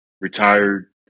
retired